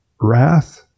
wrath